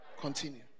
Continue